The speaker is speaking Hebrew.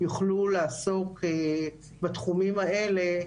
יוכלו לעסוק בתחומים האלה,